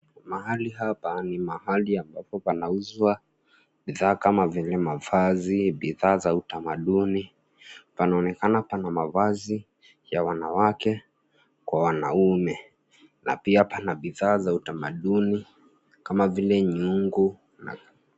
Mahali hapa ni mahali ambapo panauzwa, bidhaa kama vile mavazi, bidhaa za utamaduni, panaonekana pana mavazi, ya wanawake, kwa wanaume, na pia pana bidhaa za utamaduni, kama vile nyungu na.